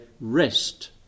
rest